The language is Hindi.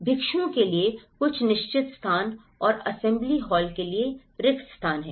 भिक्षुओं के लिए कुछ निश्चित स्थान और असेंबली हॉल के लिए रिक्त स्थान हैं